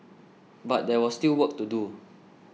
but there was still work to do